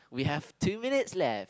we have two minutes left